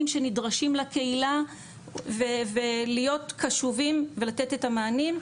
שנדרשים לקהילה ולהיות קשובים ולתת את המענים,